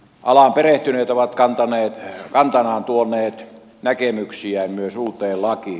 alaan perehtyneet ovat kantanaan tuoneet näkemyksiään myös uuteen lakiin